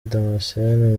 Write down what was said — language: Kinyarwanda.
damascene